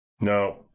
No